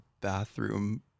bathroom